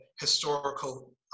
historical